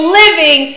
living